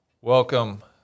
welcome